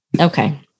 okay